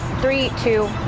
three, two,